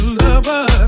lover